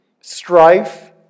strife